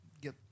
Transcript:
get